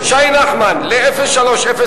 שי נחמן ל-0301,